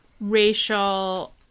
racial